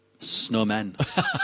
snowmen